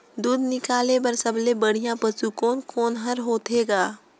दूध निकाले बर सबले बढ़िया पशु कोन कोन हर होथे ग?